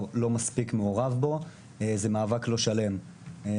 לא מספיק מעורב בו זה מאבק לא שלם.